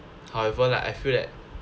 however like I feel that